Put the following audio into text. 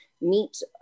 meet